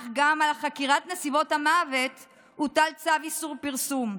אך גם על חקירת נסיבות המוות הוטל צו איסור פרסום.